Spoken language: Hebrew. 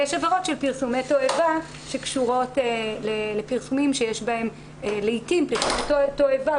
יש עבירות של פרסומי תועבה שקשורות לפרסומים שיש בהם לעתים פרסום תועבה.